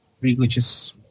religious